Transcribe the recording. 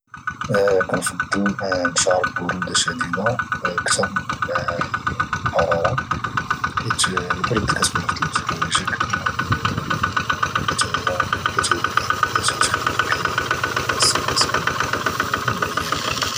كنفضل نشعر البروده شديده اكثر من الحراره حيث البرد كاتقدر تلبس حوايجك اما الحراره كاتعيا كتعييك وكاتخليك دائما حاس براسك عيان